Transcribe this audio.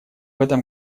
этом